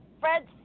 Fred